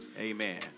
amen